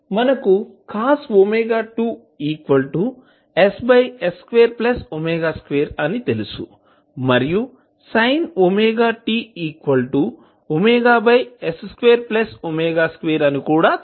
మనకు cos wt ⇔ss2w2 అని తెలుసు మరియు sin wt ⇔ws2w2 అని కూడా తెలుసు